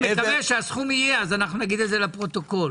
שכשיהיה הסכום, נגיד את זה לפרוטוקול.